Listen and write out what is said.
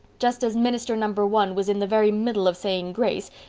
just as minister number one was in the very middle of saying grace,